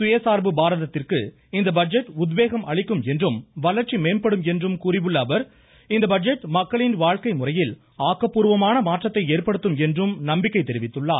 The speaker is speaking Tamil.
சுய சார்பு பாரதத்திற்கு இந்த பட்ஜெட் உத்வேகம் அளிக்கும் என்றும் வளர்ச்சி மேம்படும் என்றும் கூறியுள்ள அவர் இந்த பட்ஜெட் மக்களின் வாழ்க்கை முறையில் ஆக்கப்பூர்வமான மாற்றத்தை ஏற்படுத்தும் என்றும் நம்பிக்கை தெரிவித்துள்ளார்